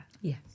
yes